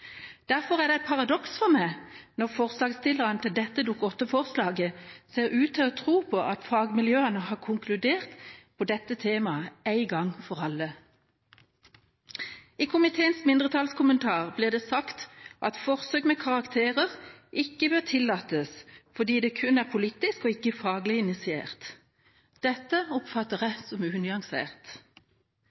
Derfor er det for meg et paradoks når forslagsstilleren til dette Dokument 8-forslaget ser ut til å tro at fagmiljøene har konkludert på dette temaet en gang for alle. I komiteens mindretallskommentar blir det sagt at forsøk med karakterer ikke bør tillates fordi det «kun er politisk initiert, og ikke faglig initiert». Dette oppfatter jeg som unyansert.